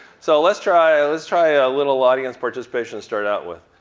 so let's try let's try a little audience participation to start out with.